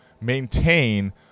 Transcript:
maintain